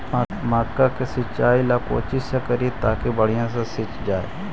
मक्का के सिंचाई ला कोची से करिए ताकी बढ़िया से सींच जाय?